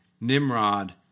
Nimrod